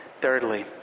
Thirdly